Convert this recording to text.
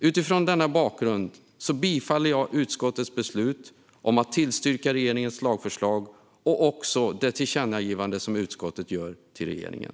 Mot denna bakgrund yrkar jag därför bifall till utskottets beslut om att tillstyrka regeringens lagförslag samt till utskottets tillkännagivande till regeringen.